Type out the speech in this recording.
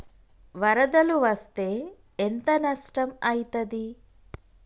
వరదలు వస్తే ఎంత నష్టం ఐతది?